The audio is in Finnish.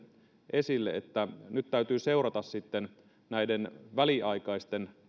esille nyt täytyy seurata näiden väliaikaisten